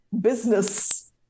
business